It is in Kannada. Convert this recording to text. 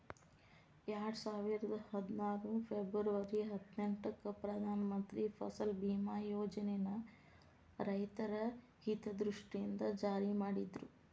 ಎರಡುಸಾವಿರದ ಹದ್ನಾರು ಫೆಬರ್ವರಿ ಹದಿನೆಂಟಕ್ಕ ಪ್ರಧಾನ ಮಂತ್ರಿ ಫಸಲ್ ಬಿಮಾ ಯೋಜನನ ರೈತರ ಹಿತದೃಷ್ಟಿಯಿಂದ ಜಾರಿ ಮಾಡಿದ್ರು